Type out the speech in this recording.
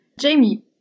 Jamie